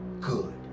good